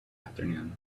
afternoon